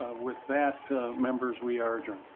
with that members we are adjourned.